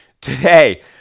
today